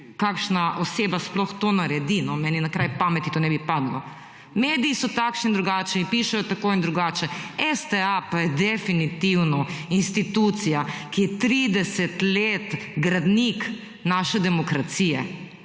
kakšna oseba sploh to naredi. Meni na kraj pameti ne bi padlo. Mediji so takšni in drugačni, pišejo tako in drugače. STA pa je definitivno institucija, ki je 30 let gradnik naše demokracije